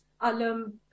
Alam